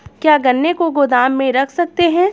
क्या गन्ने को गोदाम में रख सकते हैं?